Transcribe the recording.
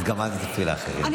אז גם אל תפריעי לאחרים.